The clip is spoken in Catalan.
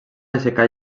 aixecar